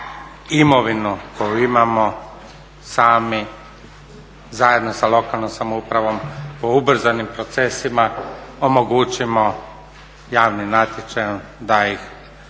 imovinu koju imamo sami zajedno sa lokalnom samoupravom po ubrzanim procesima omogućimo javnim natječajem da ih dobiju